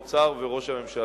משרד האוצר ומשרד